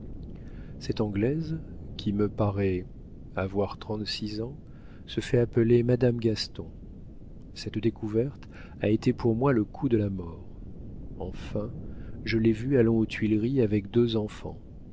cette anglaise qui me paraît avoir trente-six ans se fait appeler madame gaston cette découverte a été pour moi le coup de la mort enfin je l'ai vue allant aux tuileries avec deux enfants